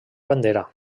bandera